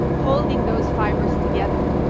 holding those fibers together.